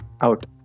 out